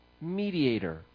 Mediator